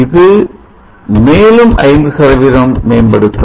அது மேலும் 5 மேம்படுத்தும்